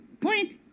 Point